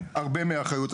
הוא לוקח הרבה מהאחריות.